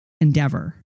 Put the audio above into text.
endeavor